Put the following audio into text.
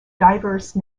diverse